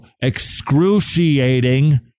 excruciating